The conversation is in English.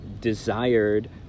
desired